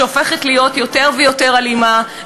שהופכת להיות יותר ויותר אלימה,